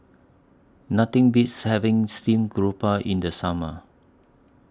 Nothing Beats having Steamed Garoupa in The Summer